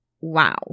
wow